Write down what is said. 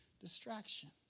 distraction